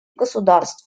государств